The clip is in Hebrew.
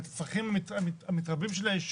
את הצרכים המתרבים של היישוב.